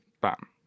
bam